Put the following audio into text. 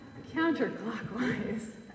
Counterclockwise